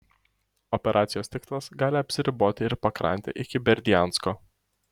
operacijos tikslas gali apsiriboti ir pakrante iki berdiansko